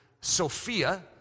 Sophia